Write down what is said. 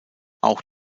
auch